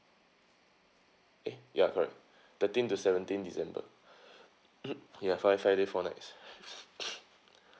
eh ya correct thirteenth to seventeenth december mm ya five five days four nights